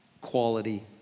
quality